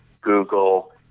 Google